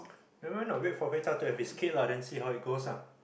never mind lah wait for Veta to have his kid lah then see how it goes ah